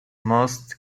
most